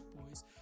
boys